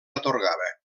atorgava